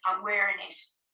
awareness